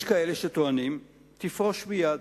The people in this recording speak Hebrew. יש כאלה שטוענים: לפרוש מייד.